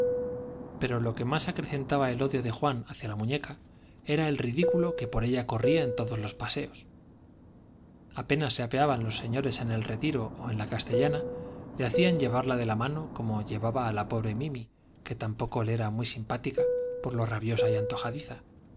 pero lo que más acrecentaba el odio de juan hacia la muñeca era el ridículo que por ella corría en todos los paseos apenas se apeaban los señores en el retiro ó en la castellana le hacían llevarla de la mano como llevaba á la pobre mimi que tampoco le era muy simpática por lo rabiosa y antojadiza